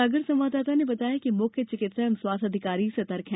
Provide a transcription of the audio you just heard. सागर संवाददाता ने बताया कि मुख्य चिकित्सा एवं स्वास्थ्य अधिकारी सतर्क हैं